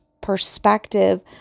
perspective